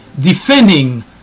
defending